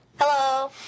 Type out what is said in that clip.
Hello